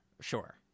sure